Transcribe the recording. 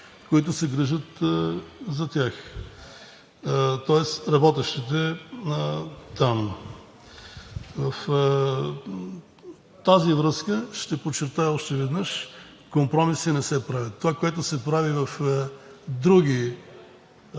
които се грижат за тях, тоест работещите там. Във връзка с това ще подчертая още веднъж – компромиси не се правят. Това, което се прави в други